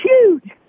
huge